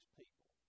people